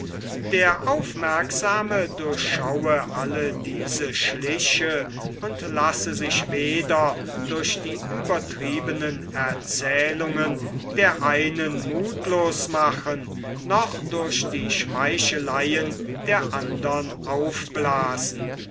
der aufmerksame durchschaue alle diese schliche und lasse sich weder durch die übertriebenen erzählungen der einen muthlos machen noch durch die schmeicheleien der andern aufblasen